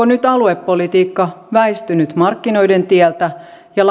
nyt aluepolitiikka väistynyt markkinoiden tieltä ja